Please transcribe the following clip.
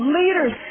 leaders